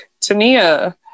Tania